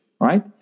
right